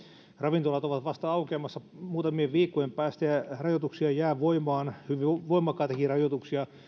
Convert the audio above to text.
ravintolat ovat vasta aukeamassa muutamien viikkojen päästä ja rajoituksia jää voimaan hyvin voimakkaitakin rajoituksia